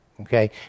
okay